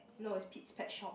no is pete's pet shop